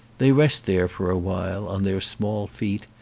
they rest there for a while on their small feet,